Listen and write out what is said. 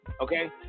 Okay